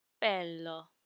bello